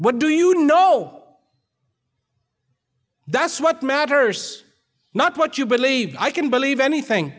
what do you know that's what matters not what you believe i can believe anything